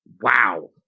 Wow